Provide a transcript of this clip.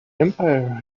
empire